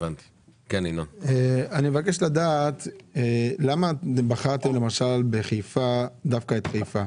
אני מבקש לדעת למה בחרתם דווקא את חיפה.